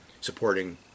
supporting